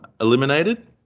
eliminated